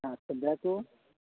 হ্যাঁ সব দেখো